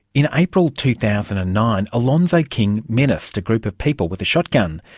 in april two thousand and nine, alonzo king menaced a group of people with a shotgun.